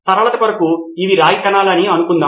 నితిన్ కురియన్ ఇది నోట్స్ కోసం వికీ లాగా ఉంటుంది